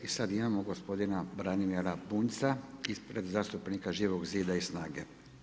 I sad imamo gospodina Branimira Bunjca ispred zastupnika Živog zida i SNAGA.